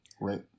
Right